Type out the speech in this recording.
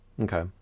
Okay